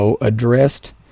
addressed